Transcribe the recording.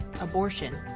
abortion